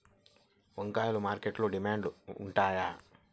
వంకాయలు మార్కెట్లో డిమాండ్ ఉంటాయా?